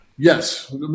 Yes